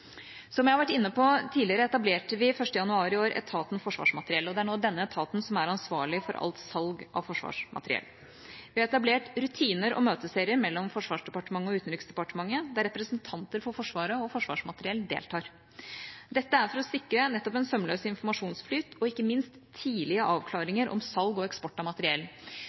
Som jeg har vært inne på tidligere, etablerte vi 1. januar i år etaten Forsvarsmateriell, og det er nå denne etaten som er ansvarlig for alt salg av forsvarsmateriell. Vi har etablert rutiner og møteserier mellom Forsvarsdepartementet og Utenriksdepartementet der representanter for Forsvaret og Forsvarsmateriell deltar. Dette er for å sikre nettopp en sømløs informasjonsflyt og ikke minst tidlige avklaringer om salg og eksport av materiell.